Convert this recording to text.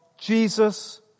Jesus